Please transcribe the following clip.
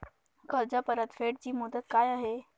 कर्ज परतफेड ची मुदत काय आहे?